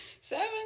seven